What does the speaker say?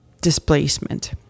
displacement